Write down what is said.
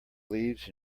leaves